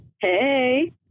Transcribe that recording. Hey